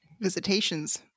visitations